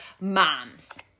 moms